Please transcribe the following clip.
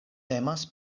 temas